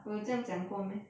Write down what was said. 我有这样讲过 meh